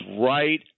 right